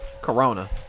Corona